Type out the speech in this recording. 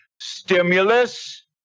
stimulus